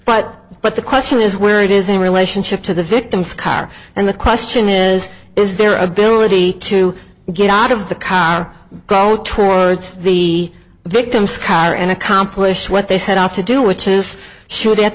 but but the question is where it is a relationship to the victim's car and the question is is their ability to get out of the car go towards the victim's car and accomplish what they set out to do which is s